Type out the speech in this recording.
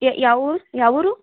ಯಾವೂರು ಯಾವೂರು